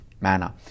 manner